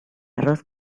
arroz